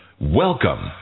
Welcome